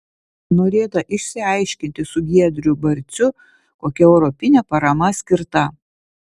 norėta išsiaiškinti su giedriu barciu kokia europinė parama skirta